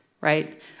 right